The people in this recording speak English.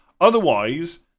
Otherwise